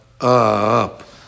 up